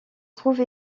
trouve